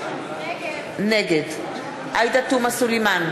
נגד עאידה תומא סלימאן,